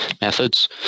methods